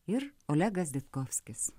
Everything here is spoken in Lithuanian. ir olegas ditkovskis